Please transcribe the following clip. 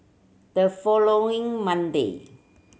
the following Monday